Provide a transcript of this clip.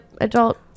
adult